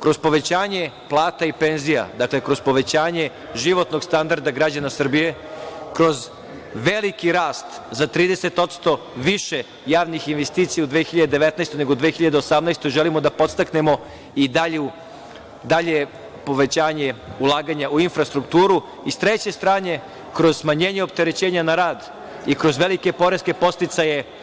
kroz povećanje plata i penzija, dakle, kroz povećanje životnog standarda građana Srbije, kroz veliki rast za 30% više javnih investicija u 2019. godini nego u 2018. godini, želimo da podstaknemo dalje povećanje ulaganja u infrastrukturu i s treće strane, kroz smanjenje opterećenja na rad i kroz velike poreske podsticaje.